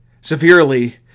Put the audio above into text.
severely